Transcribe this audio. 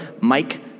Mike